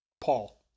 Paul